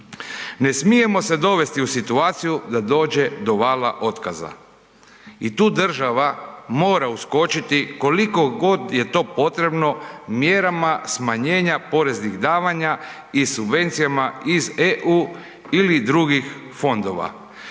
Ne smijemo se dovesti u situaciju da dođe do vala otkaza. I tu država mora uskočiti koliko god je to potrebno mjerama smanjenja poreznih davanja i subvencijama iz EU ili drugih fondova.